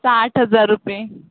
साठ हजार रुपये